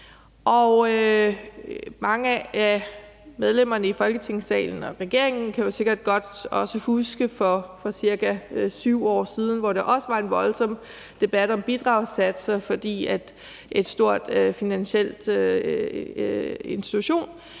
Mange af medlemmerne i Folketingssalen og regeringen kan sikkert også godt huske, at der for ca. 7 år siden også var en voldsom debat om bidragssatser, fordi en stor finansielt institution